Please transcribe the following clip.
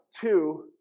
two